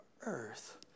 earth